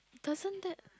doesn't that